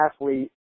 athlete